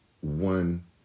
one